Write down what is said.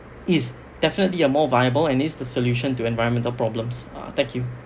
is definitely a more viable and is the solution to environmental problems uh thank you